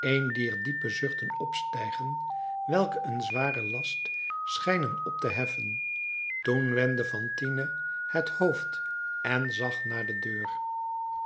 een dier diepe zuchten opstijgen welke een zwaren last schijnen op te heffen toen wendde fantine het hoofd en zag naar de deur